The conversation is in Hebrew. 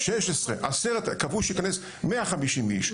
קבעו שייכנסו 150 אנשים,